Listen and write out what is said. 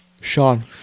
sean